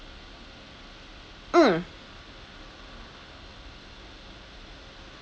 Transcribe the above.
mm